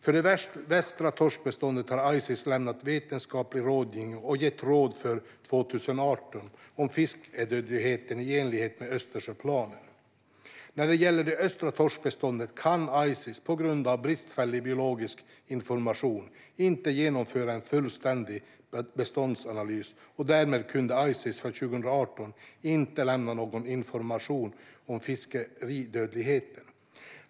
För det västra torskbeståndet har Ices lämnat vetenskaplig rådgivning och gett råd för 2018 om fiskeridödlighetsnivå i enlighet med Östersjöplanen. När det gäller det östra torskbeståndet kan Ices på grund av bristfällig biologisk information inte genomföra en fullständig beståndsanalys, och därmed kunde Ices för 2018 inte lämna någon information om fiskeridödligheten.